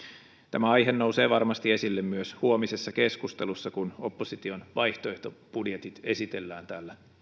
tämä aihe nousee varmasti esille myös huomisessa keskustelussa kun opposition vaihtoehtobudjetit esitellään täällä